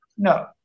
No